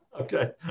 Okay